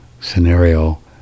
scenario